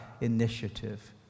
initiative